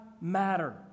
matter